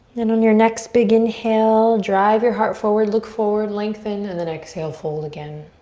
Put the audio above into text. then on your next big inhale drive your heart forward, look forward, lengthen, and then exhale, fold again.